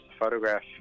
photograph